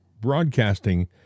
Broadcasting